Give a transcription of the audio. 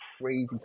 crazy